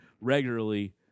regularly